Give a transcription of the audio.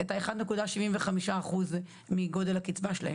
1.75% מן הקצבה שלהם?